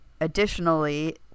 Additionally